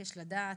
מבקשים לדעת